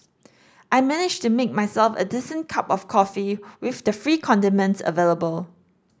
I managed to make myself a decent cup of coffee with the free condiments available